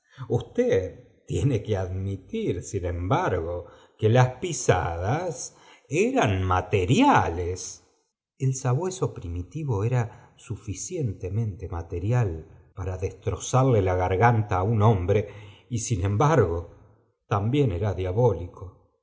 usted tiene que admitir sin embargo que las pisadas eran materiales t el sabueso primitivo era suficientemente ma i tenal para destrozarle la garganta á un hombre ejjvflin embargo también era diabólico